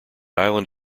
island